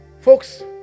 folks